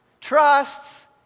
trusts